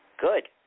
Good